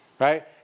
right